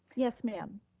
yes, ma'am.